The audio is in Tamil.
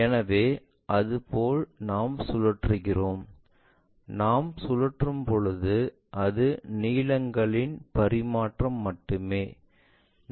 எனவே அது போல நாம் சுழல்கிறோம் நாம் சுழலும் போது அது நீளங்களின் பரிமாற்றம் மட்டுமே